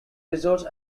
resource